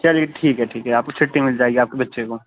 چلیے ٹھیک ہے ٹھیک ہے آپ کو چھٹی مل جائے گی آپ کے بچے کو